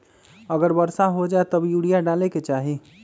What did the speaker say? अगर वर्षा हो जाए तब यूरिया डाले के चाहि?